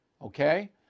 okay